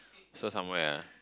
saw somewhere ah